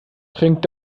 trinkt